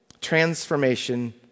Transformation